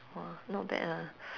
!wah! not bad ah